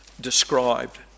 described